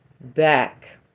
back